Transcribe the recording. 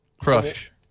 Crush